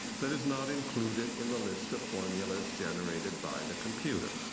that is not included in the list of formulas generated by the computer.